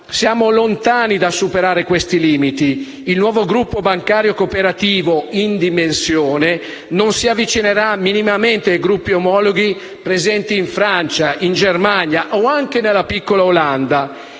siamo lontani dal superare questi limiti. Il nuovo gruppo bancario cooperativo non si avvicinerà minimamente, in dimensione, a gruppi omologhi presenti in Francia, Germania o anche nella piccola Olanda.